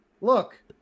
look